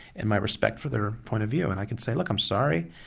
and my respect for their point of view. and i can say look, i'm sorry,